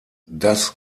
das